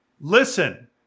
listen